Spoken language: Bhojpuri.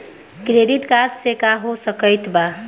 क्रेडिट कार्ड से का हो सकइत बा?